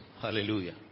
Hallelujah